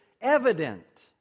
evident